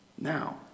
Now